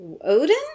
Odin